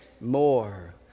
more